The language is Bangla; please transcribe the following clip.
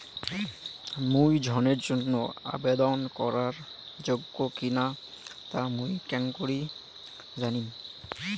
মুই ঋণের জন্য আবেদন করার যোগ্য কিনা তা মুই কেঙকরি জানিম?